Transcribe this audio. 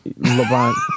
LeBron